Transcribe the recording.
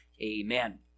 Amen